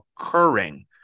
occurring